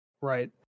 Right